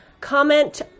comment